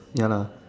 ya lah